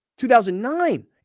2009